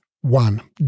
One